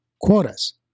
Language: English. quotas